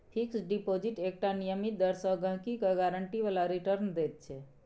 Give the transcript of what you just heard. fix deposit एकटा नियमित दर सँ गहिंकी केँ गारंटी बला रिटर्न दैत छै